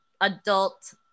adult